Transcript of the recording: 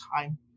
time